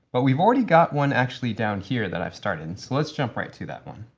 but we've already got one, actually, down here that i've started. and so let's jump right to that one.